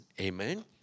Amen